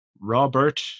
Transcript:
Robert